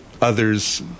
other's